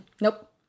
Nope